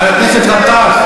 חבר הכנסת גטאס.